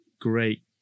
great